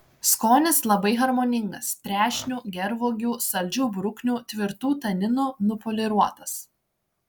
skonis labai harmoningas trešnių gervuogių saldžių bruknių tvirtų taninų nupoliruotas